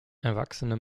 erwachsene